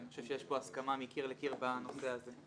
אני חושב שיש פה הסכמה מקיר לקיר בנושא הזה.